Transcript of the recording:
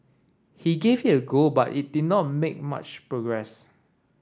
he gave it a go but did not make much progress